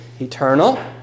eternal